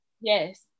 Yes